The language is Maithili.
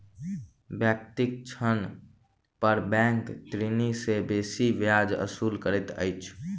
व्यक्तिगत ऋण पर बैंक ऋणी सॅ बेसी ब्याज वसूल करैत अछि